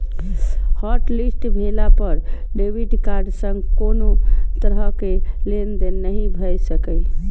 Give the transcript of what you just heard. hotlist भेला पर debit card सं कोनो तरहक लेनदेन नहि भए सकैए